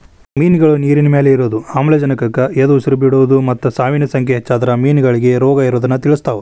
ಮಿನ್ಗಳು ನೇರಿನಮ್ಯಾಲೆ ಇರೋದು, ಆಮ್ಲಜನಕಕ್ಕ ಎದಉಸಿರ್ ಬಿಡೋದು ಮತ್ತ ಸಾವಿನ ಸಂಖ್ಯೆ ಹೆಚ್ಚಾದ್ರ ಮೇನಗಳಿಗೆ ರೋಗಇರೋದನ್ನ ತಿಳಸ್ತಾವ